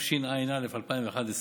התשע"א 2011,